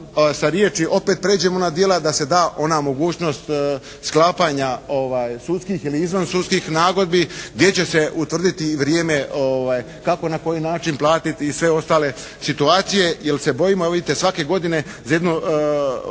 sa riječi opet pređemo na dijela, da se da ona mogućnost sklapanja sudskih ili izvan sudskih nagodbi gdje će se utvrditi i vrijeme kako i na koji način platiti i sve ostale situacije jer se bojimo evo vidite, svake godine za jedno